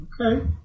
Okay